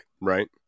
Right